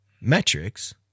metrics